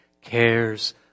cares